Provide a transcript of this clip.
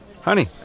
Honey